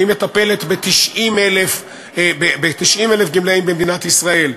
היא מטפלת ב-90,000 גמלאים במדינת ישראל,